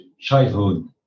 childhood